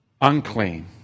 unclean